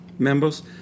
Members